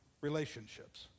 relationships